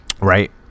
right